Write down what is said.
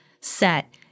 set